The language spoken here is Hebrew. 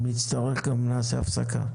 אם נצטרך, נעשה הפסקה.